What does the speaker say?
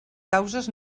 causes